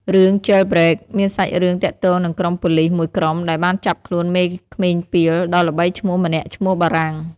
រឿង "Jailbreak" មានសាច់រឿងទាក់ទងនឹងក្រុមប៉ូលិសមួយក្រុមដែលបានចាប់ខ្លួនមេក្មេងពាលដ៏ល្បីឈ្មោះម្នាក់ឈ្មោះបារាំង។